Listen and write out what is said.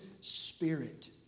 spirit